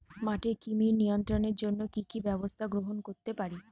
মাটির কৃমি নিয়ন্ত্রণের জন্য কি কি ব্যবস্থা গ্রহণ করতে পারি?